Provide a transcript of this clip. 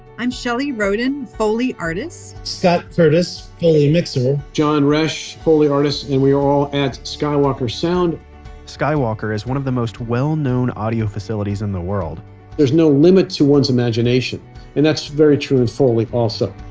i'm shelley roden, foley artist scott curtis, foley mixer john roesch, foley artist and we're all at skywalker sound skywalker is one of the most well known audio facilities in the world there's no limit to one's imagination and that's very true with foley, also